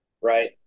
right